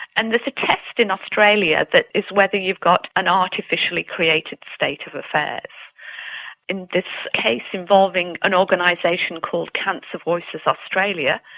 and there's a test in australia that is whether you've got an artificially created state of affairs, in this case involving an organisation called cancer voices australia.